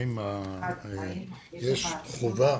האם יש חובה